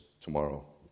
tomorrow